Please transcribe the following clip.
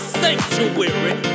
sanctuary